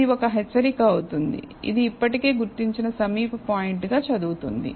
ఇది ఒక హెచ్చరిక అవుతుంది ఇది ఇప్పటికే గుర్తించిన సమీప పాయింట్ గా చదువుతుంది